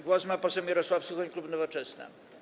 Głos ma poseł Mirosław Suchoń, klub Nowoczesna.